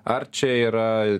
ar čia yra